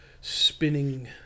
spinning